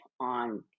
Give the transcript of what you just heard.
on